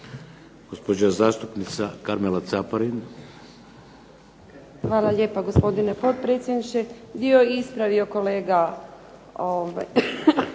Caparin. **Caparin, Karmela (HDZ)** Hvala lijepa gospodine potpredsjedniče. Dio je ispravio kolega